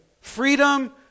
freedom